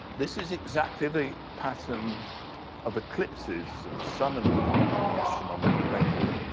this is exactly the pattern of eclipses of the sun and moon in the astronomical record.